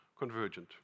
convergent